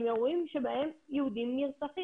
הם אירועים שבהם יהודים נרצחים,